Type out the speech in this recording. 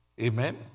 Amen